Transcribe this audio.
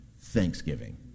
thanksgiving